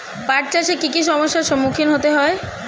পাঠ চাষে কী কী সমস্যার সম্মুখীন হতে হয়?